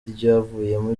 ryavuyemo